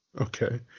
okay